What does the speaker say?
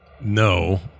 No